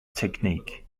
technique